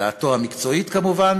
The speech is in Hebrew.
דעתו המקצועית כמובן,